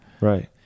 right